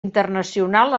internacional